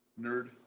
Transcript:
Nerd